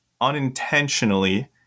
unintentionally